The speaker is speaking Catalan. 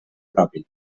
propi